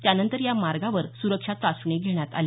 त्यानंतर या मार्गावर सुरक्षा चाचणी घेण्यात आली